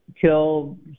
kill